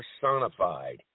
personified